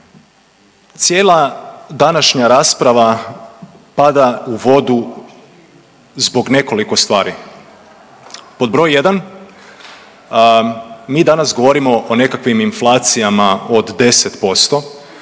Cijela današnja rasprava pada u vodu zbog nekoliko stvari, pod broj jedan mi danas govorimo o nekakvim inflacijama od 10%,